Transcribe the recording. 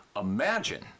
imagine